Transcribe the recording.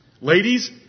Ladies